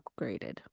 upgraded